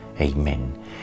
amen